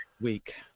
week